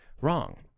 wrong